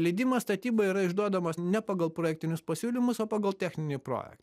leidimas statybai yra išduodamas ne pagal projektinius pasiūlymus o pagal techninį projektą